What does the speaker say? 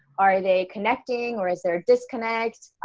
are they connecting or is there disconnect?